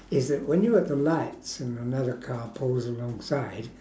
is that when you're at the lights and another car pulls alongside